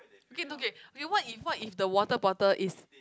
okay okay wait what if what if the water bottle is